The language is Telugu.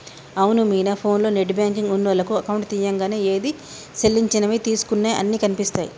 అవును మీనా ఫోన్లో నెట్ బ్యాంకింగ్ ఉన్నోళ్లకు అకౌంట్ తీయంగానే ఏది సెల్లించినవి తీసుకున్నయి అన్ని కనిపిస్తాయి